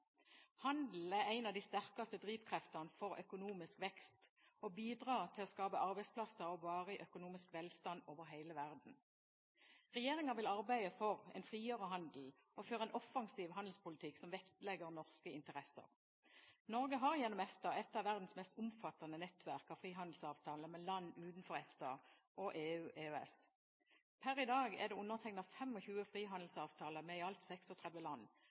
Handel er en av de sterkeste drivkreftene for økonomisk vekst og bidrar til å skape arbeidsplasser og varig økonomisk velstand over hele verden. Regjeringen vil arbeide for en friere handel og føre en offensiv handelspolitikk som vektlegger norske interesser. Norge har gjennom EFTA et av verdens mest omfattende nettverk av frihandelsavtaler med land utenfor EFTA og EU/EØS. Per i dag er det undertegnet 25 frihandelsavtaler med i alt 36 land,